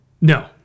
No